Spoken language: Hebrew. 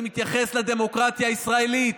אני מתייחס לדמוקרטיה הישראלית.